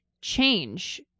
change